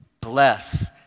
Bless